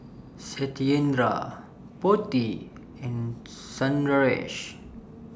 Satyendra Potti and Sundaresh